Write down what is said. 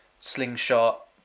slingshot